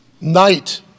night